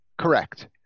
Correct